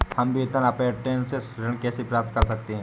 हम वेतन अपरेंटिस ऋण कैसे प्राप्त कर सकते हैं?